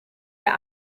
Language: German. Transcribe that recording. der